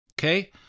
Okay